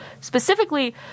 Specifically